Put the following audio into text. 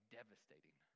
devastating